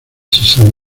san